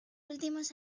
últimos